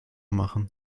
machen